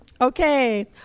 Okay